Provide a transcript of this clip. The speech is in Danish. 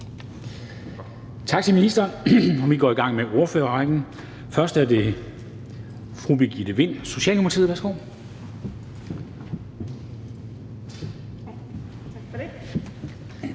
tak til ministeren. Vi går i gang med ordførerrækken. Først er det fru Birgitte Vind, Socialdemokratiet. Værsgo.